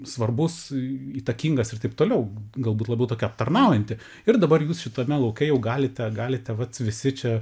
svarbus įtakingas ir taip toliau galbūt labiau tokia tarnaujanti ir dabar jūs šitame lauke jau galite galite vat visi čia